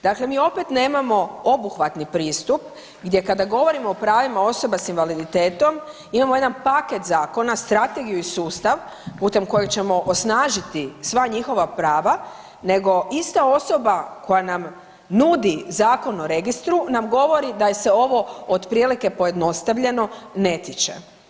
Dakle, mi opet nemamo obuhvatni pristup gdje kada govorimo o pravima osoba s invaliditetom imamo jedan paket zakona, strategiju i sustav putem kojeg ćemo osnažiti sva njihova prava nego ista osoba koja nam nudi Zakon o registru nam govori da je se ovo otprilike pojednostavljeno ne tiče.